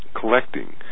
collecting